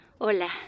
hola